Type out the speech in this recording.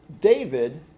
David